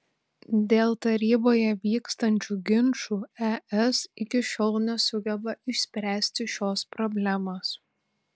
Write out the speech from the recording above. dėl taryboje vykstančių ginčų es iki šiol nesugeba išspręsti šios problemos